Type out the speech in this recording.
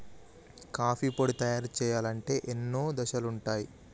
coffee పొడి తయారు చేయాలంటే ఎన్నో దశలుంటయ్